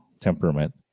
temperament